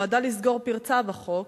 נועדה לסגור פרצה בחוק,